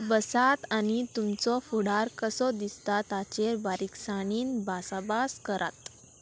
बसात आनी तुमचो फुडार कसो दिसता ताचेर बारीकसाणेन भासाभास करात